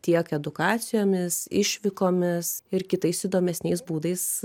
tiek edukacijomis išvykomis ir kitais įdomesniais būdais